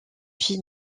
vie